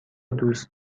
دوست